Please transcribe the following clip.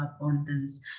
abundance